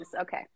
Okay